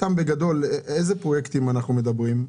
סתם בגדול, איזה פרויקטים אנחנו מדברים?